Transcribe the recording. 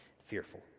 fearful